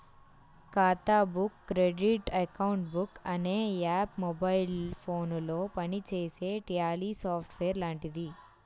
ఖాతా book credit account book అనే app mobile ఫోనులో పనిచేసే ట్యాలీ సాఫ్ట్ వేర్ లాంటిది